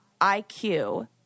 IQ